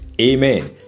Amen